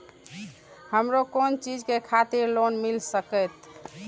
हमरो कोन चीज के खातिर लोन मिल संकेत?